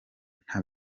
nta